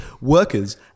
workers